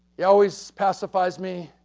yeah always pacifies me,